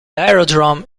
aerodrome